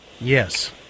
Yes